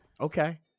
Okay